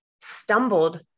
stumbled